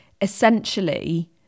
essentially